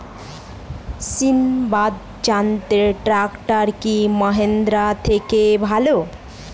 সিণবাদ জাতের ট্রাকটার কি মহিন্দ্রার থেকে ভালো?